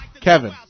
Kevin